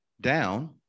down